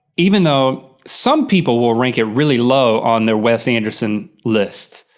even though some people will rank it really low on their wes anderson list,